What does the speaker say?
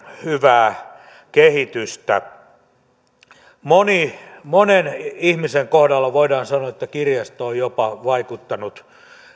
hyvää kehitystä monen ihmisen kohdalla voidaan sanoa että kirjasto on jopa vaikuttanut